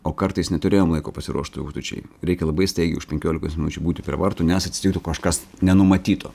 o kartais neturėjom laiko pasiruošti užduočiai reikia labai staigiai už penkiolikos minučių būti prie vartų nes atsitiktų kažkas nenumatyto